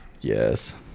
Yes